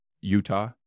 Utah